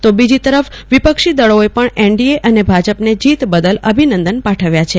તો બીજો તરફ વિપક્ષી દળોએ પણ એનડીએ અને ભાજપને જીત બદલ અભિનંદન પાઠવ્યા હતા